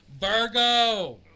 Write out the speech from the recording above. Virgo